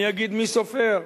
אני אגיד מי סופר.